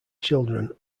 children